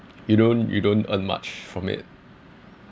you don't you don't earn much from it